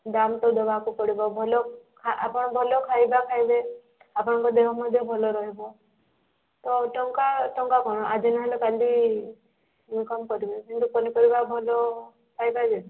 ଦାମ୍ ତ ଦେବାକୁ ପଡ଼ିବ ଭଲ ଆପଣ ଭଲ ଖାଇବା ଖାଇବେ ଆପଣଙ୍କ ଦେହ ମଧ୍ୟ ଭଲ ରହିବ ତ ଟଙ୍କା ଟଙ୍କା କ'ଣ ଆଜି ନ ହେଲେ କାଲି ଇନକମ୍ କରିବେ ଏମିତି ପନିପରିବା ଭଲ ଖାଇପାରିବେ କି